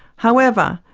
however,